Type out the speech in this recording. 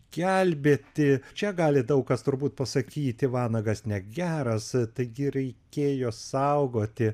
gelbėti čia gali daug kas turbūt pasakyti vanagas negeras taigi reikėjo saugoti